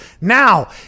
Now